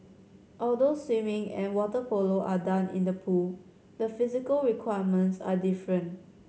although swimming and water polo are done in the pool the physical requirements are different